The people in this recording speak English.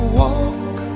walk